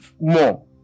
more